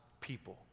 people